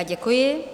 Děkuji.